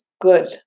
good